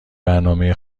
برنامه